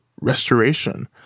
restoration